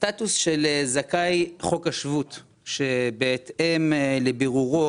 הסטטוס של זכאי חוק השבות שבהתאם לבירורו